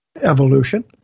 evolution